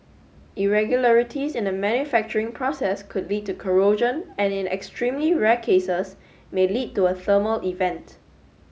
irregularities in the manufacturing process could lead to corrosion and in extremely rare cases may lead to a thermal event